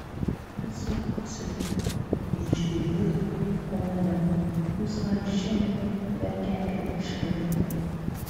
nesulauksite kad eičiau į vidų pamaniau jūs man šiandien per gerklę išlindote